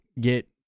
get